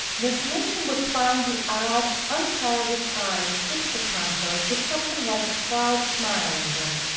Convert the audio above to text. miss minchin would find the odd, unchildish eyes fixed upon her with something like a proud smile in them.